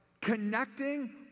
connecting